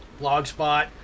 Blogspot